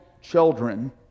children